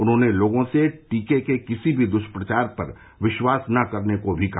उन्होंने लोगों से टीके के किसी भी दृष्प्रचार पर विश्वास न करने को भी कहा